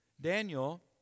Daniel